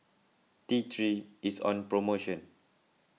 T three is on promotion